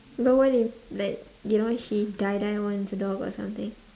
then what if like you know she die die wants a dog or something